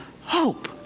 hope